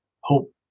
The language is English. hope